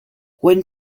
one